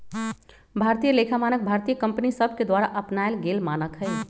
भारतीय लेखा मानक भारतीय कंपनि सभके द्वारा अपनाएल गेल मानक हइ